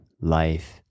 life